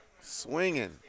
swinging